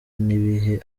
ntibibe